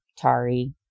Tari